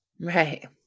Right